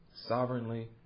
Sovereignly